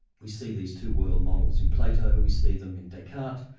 we see these two world models in plato, we see them in descartes.